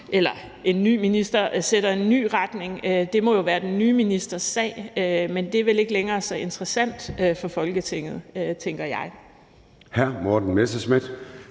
eller om en ny minister sætter en ny retning, må jo være den nye ministers sag, men det er vel ikke længere så interessant for Folketinget, tænker jeg.